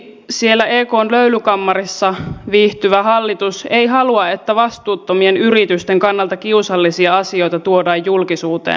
ilmeisesti siellä ekn löylykammarissa viihtyvä hallitus ei halua että vastuuttomien yritysten kannalta kiusallisia asioita tuodaan julkisuuteen